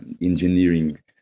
engineering